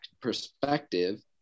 perspective